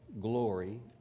glory